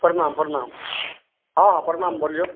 परनाम परनाम हँ हँ परनाम बोलिऔ